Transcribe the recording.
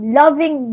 loving